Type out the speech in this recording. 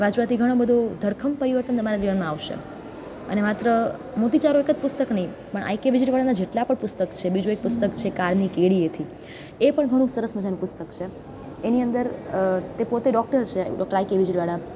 વાંચવાથી ઘણું બધું ધરખમ પરિવર્તન તમારા જીવનમાં આવશે અને માત્ર મોતીચારો એક જ પુસ્તક નહીં પણ આઈ કે વીજળીવાળાના જેટલા પણ પુસ્તક છે બીજું એક પુસ્તક છે કાળની કેળીએથી એ પણ ઘણું સરસ મજાનું પુસ્તક છે એની અંદર તે પોતે ડોક્ટર છે ડોક્ટર આઈ કે વીજળીવાળા